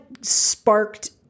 sparked